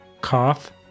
cough